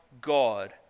god